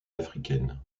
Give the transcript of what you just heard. africaines